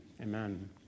Amen